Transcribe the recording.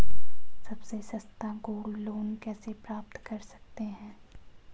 सबसे सस्ता gold loan कैसे प्राप्त कर सकते हैं?